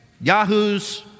yahoos